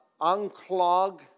unclog